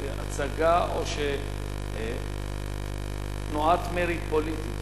הצגה או תנועת מרי פוליטית.